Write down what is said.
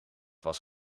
was